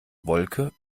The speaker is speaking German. wolke